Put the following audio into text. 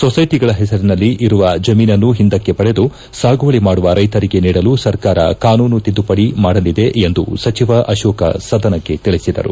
ಸೊಸೈಟಗಳ ಹೆಸರಿನಲ್ಲಿ ಇರುವ ಜಮೀನನ್ನು ಹಿಂದಕ್ಷೆ ಪಡೆದು ಸಾಗುವಳಿ ಮಾಡುವ ರೈತರಿಗೆ ನೀಡಲು ಸರ್ಕಾರ ಕಾನೂನು ತಿದ್ದುಪಡಿ ಮಾಡಲಿದೆ ಎಂದು ಸಚಿವ ಅಶೋಕ ಸದನಕ್ಕೆ ತಿಳಿಸಿದರು